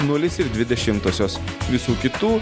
nulis ir dvi dešimtosios visų kitų